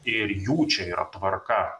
ir jų čia yra tvarka